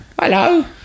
hello